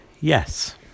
yes